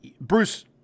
Bruce